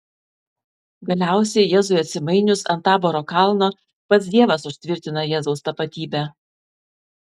galiausiai jėzui atsimainius ant taboro kalno pats dievas užtvirtina jėzaus tapatybę